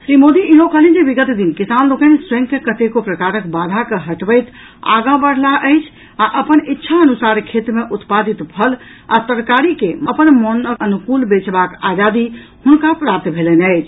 श्री मोदी इहो कहलनि जे विगत दिन किसान लोकनि स्वयं के कतेको प्रकारक बाधा के हटबैत आगाँ बढ़लाह अछि आ अपन इच्छा अनुसार खेत मे उत्पादित फल आ तरकारी के अपन मोनक अनुकूल बेचबाक आजादी हुनका प्राप्त भेलनि अछि